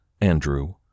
Andrew